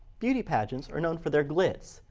beauty pageants are known for their glitz.